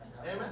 Amen